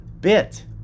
bit